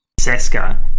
Seska